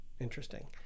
Interesting